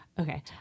Okay